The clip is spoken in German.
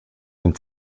den